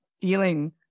feeling